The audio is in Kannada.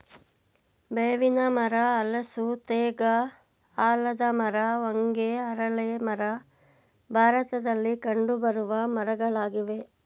ಬೇವಿನ ಮರ, ಹಲಸು, ತೇಗ, ಆಲದ ಮರ, ಹೊಂಗೆ, ಅರಳಿ ಮರ ಭಾರತದಲ್ಲಿ ಕಂಡುಬರುವ ಮರಗಳಾಗಿವೆ